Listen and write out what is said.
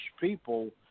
people